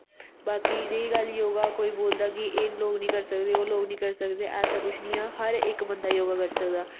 बाकी रेही गल्ल योगा कोई बोलदा कि एह् लोक नेईं करी सकदे ओह् लोक नेईं करी सकदे ऐसा कुछ नेईं ऐ हर इक बंदा योगा करी सकदा